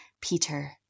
Peter